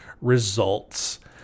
results